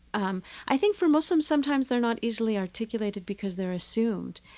um i think for muslims, sometimes they're not easily articulated because they're assumed.